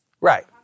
Right